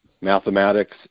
mathematics